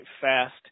fast